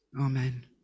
amen